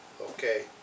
Okay